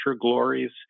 glories